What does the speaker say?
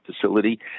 facility